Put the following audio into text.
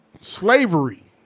slavery